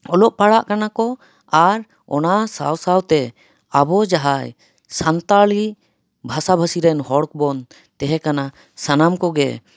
ᱚᱞᱚᱜ ᱯᱟᱲᱦᱟᱜ ᱠᱟᱱᱟ ᱠᱚ ᱟᱨ ᱚᱱᱟ ᱥᱟᱶ ᱥᱟᱶᱛᱮ ᱟᱵᱚ ᱡᱟᱦᱟᱸᱭ ᱥᱟᱱᱛᱟᱞᱤ ᱵᱷᱟᱥᱟ ᱵᱷᱟᱹᱥᱤ ᱨᱮᱱ ᱦᱚᱲ ᱠᱚᱵᱚᱱ ᱛᱟᱦᱮᱸ ᱠᱟᱱᱟ ᱥᱟᱱᱟᱢ ᱠᱚᱜᱮ